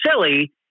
silly